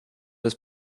was